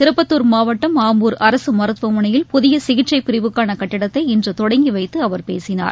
திருப்பத்தூர் மாவட்டம் ஆம்பூர் அரசு மருத்துவமனையில் புதிய சிகிச்சைப் பிரிவுக்கான கட்டிடத்தை இன்று தொடங்கி வைத்து அவர் பேசினார்